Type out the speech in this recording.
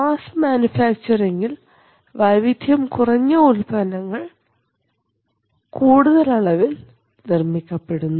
mass മാനുഫാക്ചറിങ്ഇൽ വൈവിധ്യം കുറഞ്ഞ ഉൽപ്പന്നങ്ങൾ കൂടുതൽ അളവിൽ നിർമ്മിക്കപ്പെടുന്നു